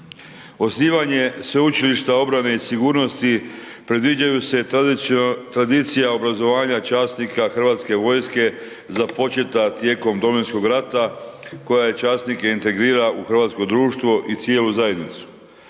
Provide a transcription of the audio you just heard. Osnivanje Sveučilišta obrane i sigurnosti predviđaju tradicija obrazovanja časnika hrvatske vojske započeta tijekom Domovinskog rata koja časnike integrira u hrvatsko društvo i cijelu zajednicu.